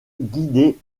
guidée